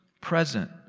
present